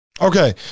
okay